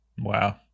Wow